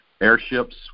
airships